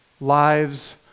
lives